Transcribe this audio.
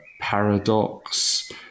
paradox